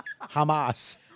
Hamas